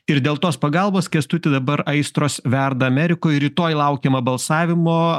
ir dėl tos pagalbos kęstuti dabar aistros verda amerikoj rytoj laukiama balsavimo